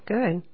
Good